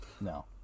No